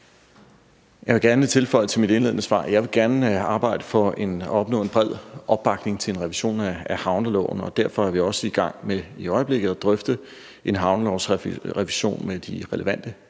Jeg vil gerne have tilføjet til mit indledende svar, at jeg gerne vil arbejde for at opnå en bred opbakning til en revision af havneloven. Derfor er vi også i gang med i øjeblikket at drøfte en havnelovsrevision med de relevante